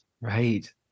Right